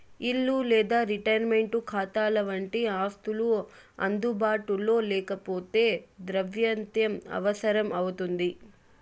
ఇల్లు లేదా రిటైర్మంటు కాతాలవంటి ఆస్తులు అందుబాటులో లేకపోతే ద్రవ్యత్వం అవసరం అవుతుంది